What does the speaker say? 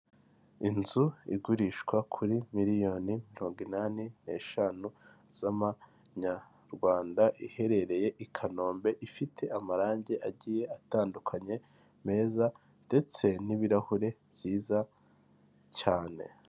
Inzu igurishwa kuri miliyoni mirongo inani n'eshanu z'amanyarwanda iherereye i Kanombe, ifite amarangi agiye atandukanye meza ndetse n'ibirahure byiza cyane.